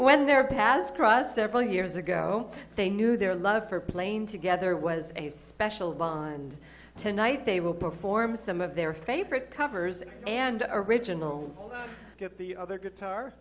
when their paths crossed several years ago they knew their love for playing together was a special bond tonight they will perform some of their favorite covers and original get the other guitar